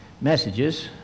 messages